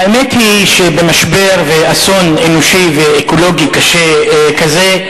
האמת היא שבמשבר ואסון אנושי ואקולוגי קשה כזה,